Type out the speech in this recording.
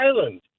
Island